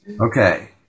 Okay